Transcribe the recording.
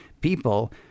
people